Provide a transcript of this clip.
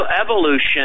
evolution